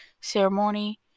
ceremony